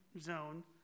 zone